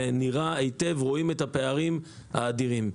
זה נראה היטב, רואים את הפערים האדירים.